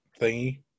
thingy